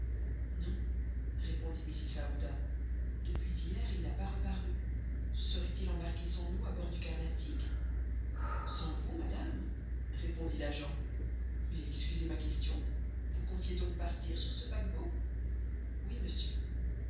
non répondit mrs aouda depuis hier il n'a pas reparu se serait-il embarqué sans nous à bord du carnatic sans vous madame répondit l'agent mais excusez ma question vous comptiez donc partir sur ce paquebot oui monsieur